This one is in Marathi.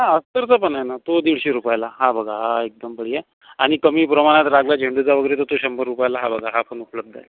हा अस्तरचा पण आहे ना तो दिडशे रुपयाला हा बघा हा एकदम बढिया आहे आणि कमी प्रमाणात लागला झेंडूचा वगैरे तर तो शंभर रुपयाला हा बघा हा पण उपलब्ध आहे